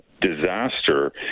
disaster